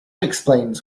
explains